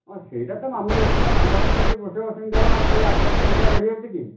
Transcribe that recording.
ହଁ ସେଇଟା ତ ମାମୁଲି ରେଟ୍ ସେଇଟା ସମସ୍ତଙ୍କୁ ଯେମିତି ପୋଷେଇବ ସେମିତି ହବନା ଖାଲି ଆପଣଙ୍କ ପାଇଁ ଏକୁଟିଆ ବଢ଼ିଯାଉଛି କି